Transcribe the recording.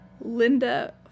Linda